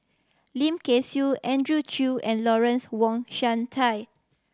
Lim Kay Siu Andrew Chew and Lawrence Wong Shyun Tsai